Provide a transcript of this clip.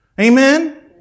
Amen